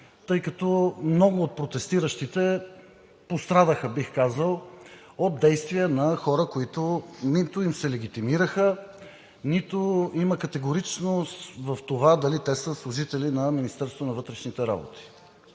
тъй като много от протестиращите пострадаха, бих казал, от действия на хора, които нито им се легитимираха, нито има категоричност в това дали те са служители на Министерството на вътрешните работи.